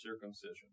circumcision